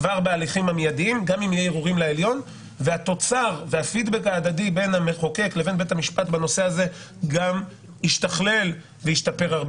כך התוצר והפידבק ההדדי בין המחוקק לבית המשפט בנושא הזה ישתכלל וישתפר.